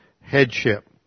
headship